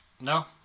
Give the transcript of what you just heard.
No